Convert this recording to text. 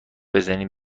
بزنین